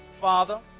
Father